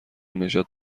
نژاد